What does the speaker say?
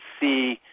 see